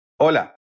Hola